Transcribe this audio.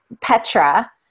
Petra